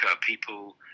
people